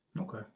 Okay